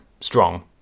strong